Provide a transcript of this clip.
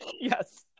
yes